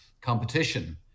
competition